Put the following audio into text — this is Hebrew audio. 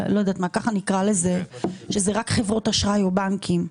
רק חברות אשראי או בנקים.